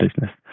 business